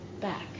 back